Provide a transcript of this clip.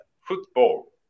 football